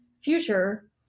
future